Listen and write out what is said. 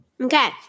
Okay